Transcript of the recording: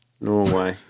Norway